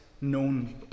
known